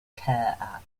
care